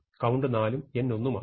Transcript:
count 4 ഉം n 1 ഉം ആകും